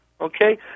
Okay